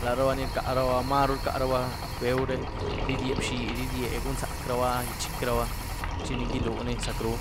laruba ni rcaraba, marú ni rcaraba beu re té idié bxidy idié, gun´zac´raba gyiech´gyiec´raba chini giluní zac´ru.